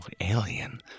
alien